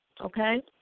Okay